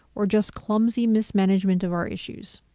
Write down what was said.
or just clumsy mismanagement of our issues.